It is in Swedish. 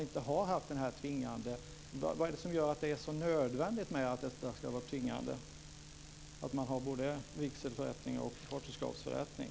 Vad är det som gör det så nödvändigt med att det ska vara tvingande att man har både vigselförrättning och partnerskapsförrättning?